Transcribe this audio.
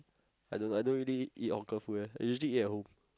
I don't know I don't really eat hawker food eh I usually eat at home